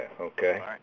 okay